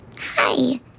Hi